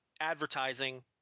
advertising